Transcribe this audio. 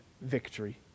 victory